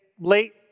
late